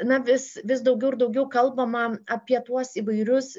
na vis vis daugiau ir daugiau kalbama apie tuos įvairius